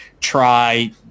try